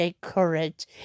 courage